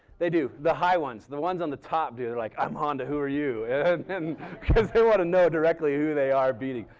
they do. the high ones. the ones on the top go like, i'm honda, who are you because they want to know directly who they are beating.